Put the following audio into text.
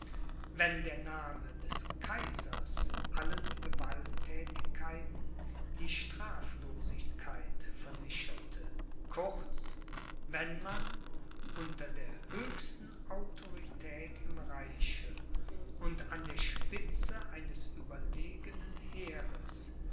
wenn der name des kaisers allen gewalttätigkeiten die straflosigkeit versicherte kurz wenn man unter der höchsten autorität im reiche und an der spitze eines überlegenen heeres